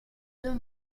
deux